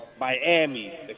Miami